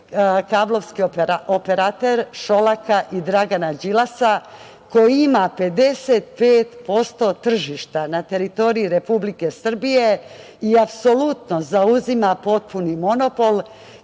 kablovski operater Šolaka i Dragana Đilasa, koji ima 55% tržišta na teritoriji Republike Srbije i apsolutno zauzima potpuni monopol